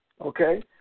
okay